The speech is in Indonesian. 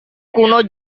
kuno